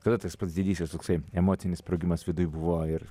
kada tas pats didysis toksai emocinis sprogimas viduj buvo ir